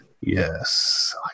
Yes